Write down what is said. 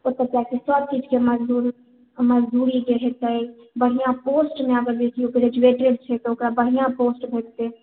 ओत्तौ सबकिछु के मजदूर मजदूरी करै छै बढिऑं पोस्ट छै ग्रेजुएटेड छै तऽ ओकरा बढ़िऑं पोस्ट भेटतै